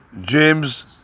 James